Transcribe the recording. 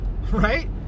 right